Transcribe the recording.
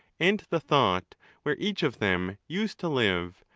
and the thought where each of them used to live,